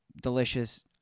delicious